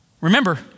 Remember